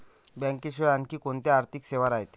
बँकेशिवाय आनखी कोंत्या आर्थिक सेवा रायते?